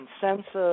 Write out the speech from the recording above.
consensus